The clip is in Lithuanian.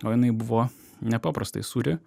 o jinai buvo nepaprastai sūri